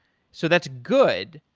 so that's good,